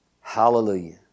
Hallelujah